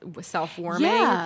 self-warming